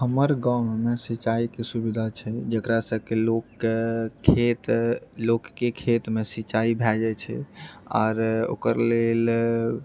हमर गाममे सिंचाईके सुविधा छै जकरासँ कि लोककेँ खेत लोककेँ खेतमे सिंचाइ भए जाइत छै आर ओकर लेल